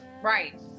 right